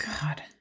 God